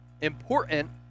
important